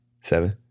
seven